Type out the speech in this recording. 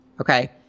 okay